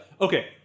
Okay